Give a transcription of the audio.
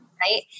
Right